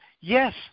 yes